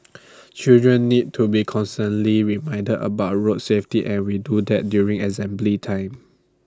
children need to be constantly reminded about road safety and we do that during assembly time